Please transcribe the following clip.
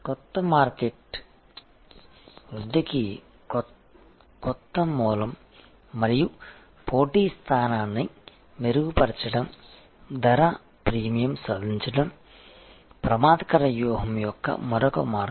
కొత్త మార్కెట్లు వృద్ధికి కొత్త మూలం మరియు పోటీ స్థానాన్ని మెరుగుపరచడం ధర ప్రీమియం సాధించడం ప్రమాదకర వ్యూహం యొక్క మరొక మార్గం